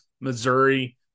Missouri